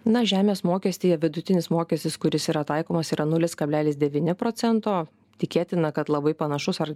na žemės mokestyje vidutinis mokestis kuris yra taikomas yra nulis kablelis devyni procento tikėtina kad labai panašus ar